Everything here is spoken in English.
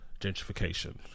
gentrification